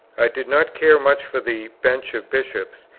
i did not care much for the bench of bishops,